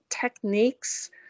techniques